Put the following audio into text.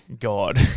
God